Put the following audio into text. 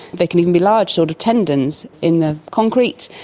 they can even be large sort of tendons in the concrete.